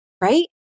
Right